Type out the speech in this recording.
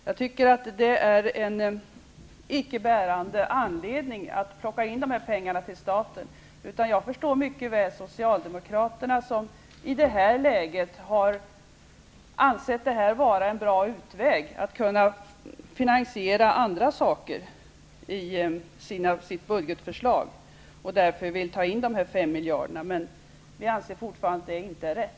Jag tycker att det är en icke bärande anledning att plocka in dessa pengar till staten. Jag förstår mycket väl Socialdemokraterna, som i dagens läge har sett det här som en bra utväg för att kunna finansiera andra saker i sitt budgetförslag. Därför vill man ta in dessa fem miljarder. Vi anser fortfarande att det inte är rätt.